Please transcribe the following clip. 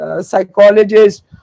psychologists